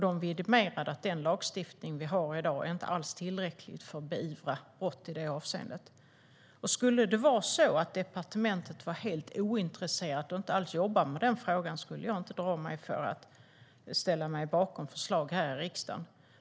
De vidimerade att den lagstiftning vi har i dag inte alls är tillräcklig för att beivra brott i det avseendet. Vore det så att departementet var helt ointresserat och inte alls jobbade med den här frågan skulle jag inte dra mig för att ställa mig bakom förslag här i riksdagen.